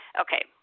Okay